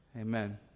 Amen